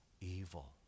evil